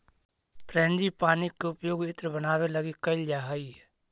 frangipani के उपयोग इत्र बनावे लगी कैइल जा हई